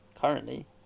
currently